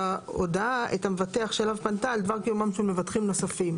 בהודעה את המבטח שאליו פנתה על דבר קיומם של מבטחים נוספים.